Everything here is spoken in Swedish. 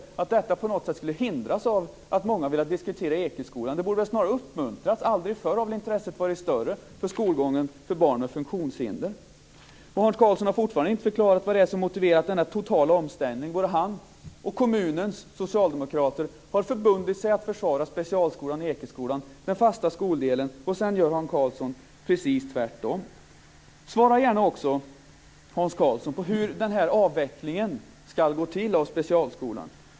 Skulle detta på något sätt hindras av att många har velat diskutera Ekeskolan? Snarare borde det ju ha uppmuntrat. Intresset för skolgången för barn med funktionshinder har väl aldrig varit större. Hans Karlsson har ännu inte förklarat vad det är som motiverar denna totala omställning. Både han och kommunens socialdemokrater har ju förbundit sig att försvara specialskolan vid Ekeskolan - den fasta skoldelen - men sedan gör Hans Karlsson precis tvärtom. Svara gärna också, Hans Karlsson, på frågan om hur den här avvecklingen av specialskolan ska gå till!